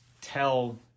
tell